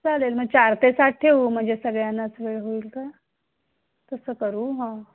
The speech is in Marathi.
चालेल मग चार ते सात ठेऊ म्हणजे सगळ्यांनाच सोय होईल का तसं करू हां